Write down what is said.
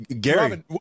Gary